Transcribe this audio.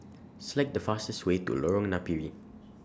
Select The fastest Way to Lorong Napiri